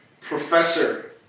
professor